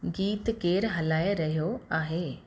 गीत केरु हलाइ रहियो आहे